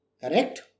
Correct